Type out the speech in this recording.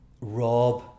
rob